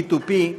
P2P,